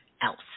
else